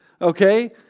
Okay